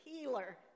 healer